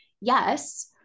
Yes